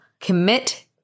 commit